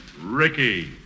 Ricky